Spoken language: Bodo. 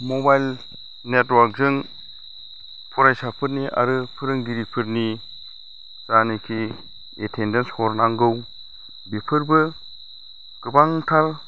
मबाइल नेटवर्कजों फरायसाफोरनि आरो फोरोंगिरिफोरनि जानाखि एटेन्देन्स हरनांगौ बेफोरबो गोबांथार